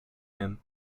him